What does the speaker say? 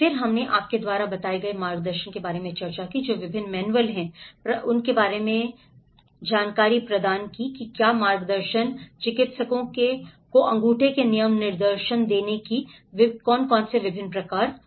फिर हमने आपके द्वारा बताए गए मार्गदर्शन के बारे में चर्चा की जो विभिन्न मैनुअल हैं प्रदान किया गया मार्गदर्शन चिकित्सकों को अंगूठे के नियम निर्देश देने के विभिन्न प्रकार क्या हैं